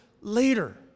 later